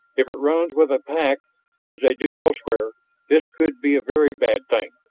if it runs with a pack as they do elsewhere this could be a very bad thing.